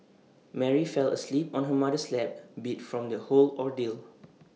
Mary fell asleep on her mother's lap beat from the whole ordeal